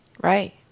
Right